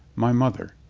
my mother,